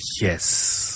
yes